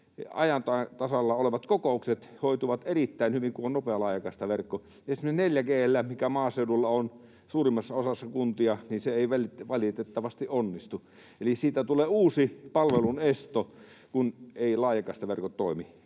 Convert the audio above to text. ajan tasalla olevat kokoukset hoituvat erittäin hyvin, kun on nopea laajakaistaverkko. Esimerkiksi 4G:llä, mikä maaseudulla on suurimmassa osassa kunnista, se ei valitettavasti onnistu, eli siitä tulee uusi palvelunesto, kun eivät laajakaistaverkot toimi.